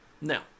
now